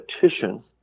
petition